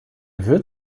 wird